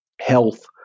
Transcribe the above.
health